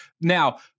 now